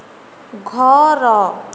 ଘର